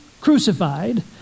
crucified